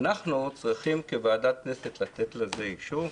ואנחנו צריכים כוועדת כנסת לתת לזה אישור?